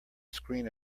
screen